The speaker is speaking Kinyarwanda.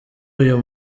uyu